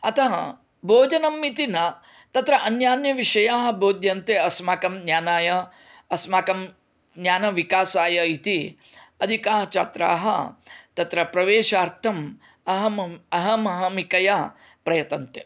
अतः भोजनम् इति न तत्र अन्यान्य विषयाः बोध्यन्ते अस्माकं ज्ञानाय अस्माकं ज्ञानविकासाय इति अधिकाः छात्राः तत्र प्रवेशार्थम् अहम् अहमहमिकया प्रयतन्ते